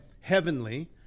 heavenly